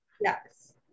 yes